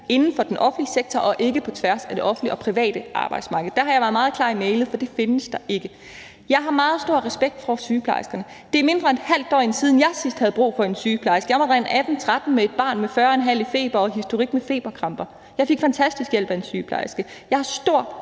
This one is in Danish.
inden for den offentlige sektor og ikke på tværs af det offentlige og private arbejdsmarked. Der har jeg været meget klar i mælet, for det findes der ikke. Jeg har meget stor respekt for sygeplejerskerne. Det er mindre end et halvt døgn siden, jeg sidst havde brug for en sygeplejerske. Jeg måtte ringe 1813 med et barn med 40,5 i feber og historik med feberkramper, og jeg fik fantastisk hjælp af en sygeplejerske. Jeg har stor